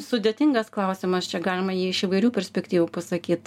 sudėtingas klausimas čia galima jį iš įvairių perspektyvų pasakyt